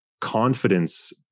confidence